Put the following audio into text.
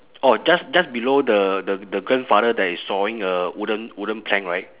orh just just below the the the grandfather that is sawing a wooden wooden plank right